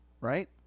right